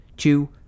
two